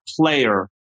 player